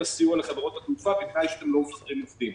הסיוע לחברות התעופה בתנאי שאתם לא מפטרים עובדים.